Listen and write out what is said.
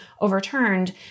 overturned